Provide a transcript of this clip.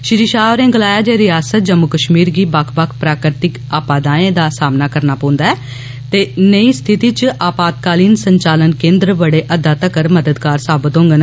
श्री षाह होरें गलाया जे रियासत जम्मू कष्मीर गी बक्ख बक्ख प्राकृतिक आपदाएं दा सामना करना पौंदा ऐ ते नेइये स्थिति च आपातकालीन संचालन केन्द्र बड्डे हद्दा तगर मददगार साबत होंगन